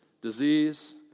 disease